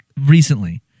recently